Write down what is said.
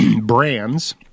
brands